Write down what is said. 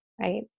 right